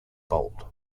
bold